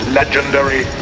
legendary